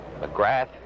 McGrath